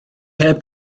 heb